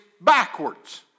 backwards